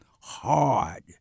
hard